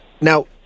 now